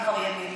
עברייניים.